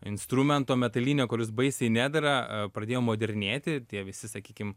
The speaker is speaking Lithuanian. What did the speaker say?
instrumento metalinio kuris baisiai nedera pradėjo modernėti tie visi sakykim